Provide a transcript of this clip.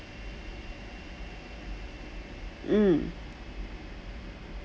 mm